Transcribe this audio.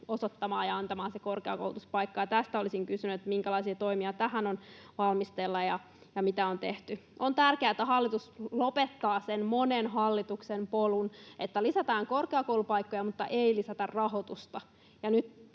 osoittamaan ja antamaan se korkeakoulutuspaikka. Tästä olisin kysynyt: Minkälaisia toimia tähän on valmisteilla, ja mitä on tehty? On tärkeää, että hallitus lopettaa sen monen hallituksen polun, että lisätään korkeakoulupaikkoja mutta ei lisätä rahoitusta.